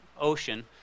ocean